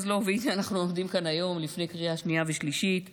והינה אנחנו עומדים כאן היום לפני קריאה שנייה ושלישית.